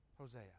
Hosea